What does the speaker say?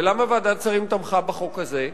ולמה ועדת השרים תמכה בחוק הזה?